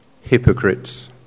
Hypocrites